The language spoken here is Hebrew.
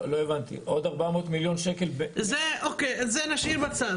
לא הבנתי את זה נשאיר בצד,